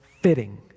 fitting